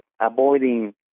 avoiding